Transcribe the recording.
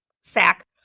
sack